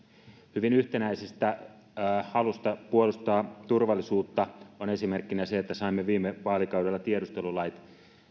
hyvin yhtenäisestä halusta puolustaa turvallisuutta on esimerkkinä se että saimme viime vaalikaudella tiedustelulait